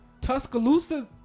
tuscaloosa